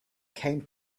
came